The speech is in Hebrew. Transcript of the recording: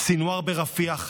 סנוואר ברפיח,